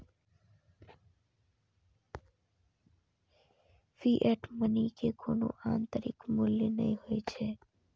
fiat money के कोनो आंतरिक मूल्य नै होइ छै